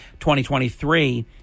2023